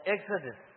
Exodus